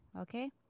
Okay